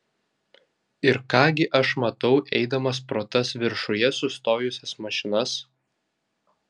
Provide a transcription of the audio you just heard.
ir ką gi aš matau eidamas pro tas viršuje sustojusias mašinas